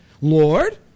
Lord